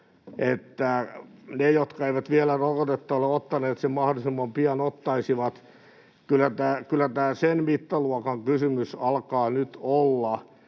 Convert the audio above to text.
että ne, jotka eivät vielä rokotetta ole ottaneet, sen mahdollisimman pian ottaisivat. Kyllä tämä sen mittaluokan kysymys alkaa nyt olla,